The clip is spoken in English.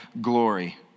glory